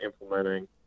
implementing